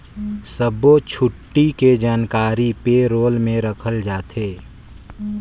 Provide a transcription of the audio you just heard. सब्बो छुट्टी के जानकारी पे रोल में रखल जाथे